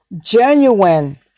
Genuine